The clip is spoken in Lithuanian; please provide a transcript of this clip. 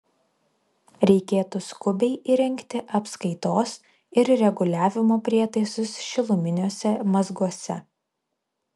reikėtų skubiai įrengti apskaitos ir reguliavimo prietaisus šiluminiuose mazguose